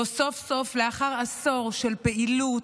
שבו לאחר עשור של פעילות,